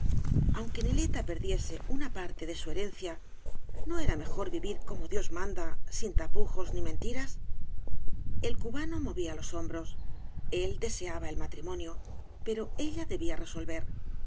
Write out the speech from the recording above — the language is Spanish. la albufera apnque neleta perdiese una parte de su herencia no era mejor vivir como dios manda sin tapujos ni mentiras el cañas y barro cubano movía loa hombros el deseaba el matrimonio pero ella debía resolver